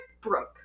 Brooke